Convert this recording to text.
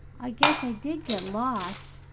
i guess i did get lost,